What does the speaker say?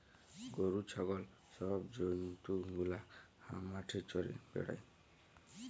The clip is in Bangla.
গরু, ছাগল ছব জল্তু গুলা হাঁ মাঠে চ্যরে বেড়ায়